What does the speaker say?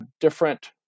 different